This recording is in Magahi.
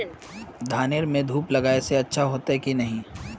धानेर में धूप लगाए से अच्छा होते की नहीं?